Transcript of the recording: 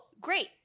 great